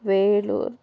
Vellore